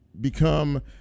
become –